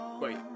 Wait